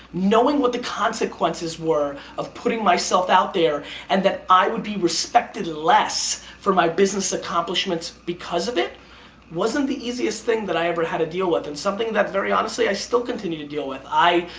knowing what the consequences were of putting myself out there and that i would be respected less for my business accomplishments because of it wasn't the easiest thing that i ever had to deal with and something that's very honestly i still continue to deal with. i,